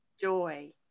Joy